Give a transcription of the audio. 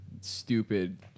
stupid